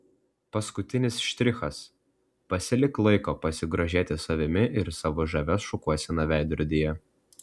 paskutinis štrichas pasilik laiko pasigrožėti savimi ir savo žavia šukuosena veidrodyje